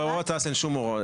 בהוראת תע"ש אין שום דבר,